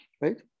right